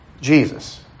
Jesus